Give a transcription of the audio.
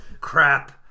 Crap